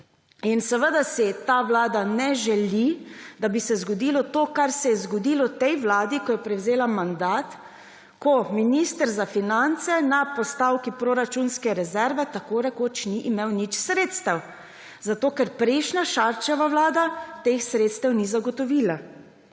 Seveda si ta vlada ne želi, da bi se zgodilo to, kar se je zgodilo tej vladi, ko je prevzela mandat, ko minister za finance na postavki proračunske rezerve tako rekoč ni imel nič sredstev, zato ker prejšnja, Šarčeva vlada teh sredstev ni zagotovila.